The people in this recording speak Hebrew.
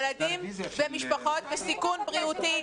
ילדים במשפחות בסיכון בריאותי,